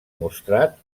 mostrat